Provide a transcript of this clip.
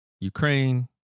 Ukraine